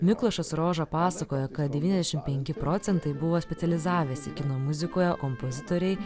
miklošas roža pasakojo kad devyniasdešimt penki procentai buvo specializavęsi kino muzikoje kompozitoriai